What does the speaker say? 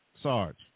Sarge